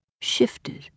shifted